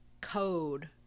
code